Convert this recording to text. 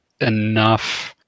enough